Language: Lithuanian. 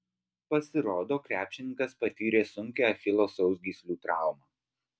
pasirodo krepšininkas patyrė sunkią achilo sausgyslių traumą